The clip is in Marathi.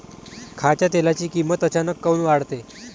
खाच्या तेलाची किमत अचानक काऊन वाढते?